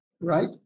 right